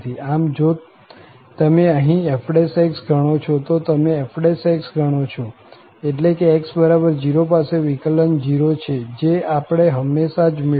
આમ જો તમે અહીં f ગણો છો જો તમે fx ગણો છો એટલે કે x0 પાસે વિકલન 0 છે જે આપણે હમણાં જ મેળવ્યું